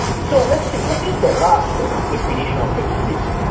so let's see. what is the rough definition of flexibility?